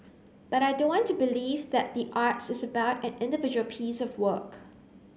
but I don't want to believe that the arts is about an individual piece of work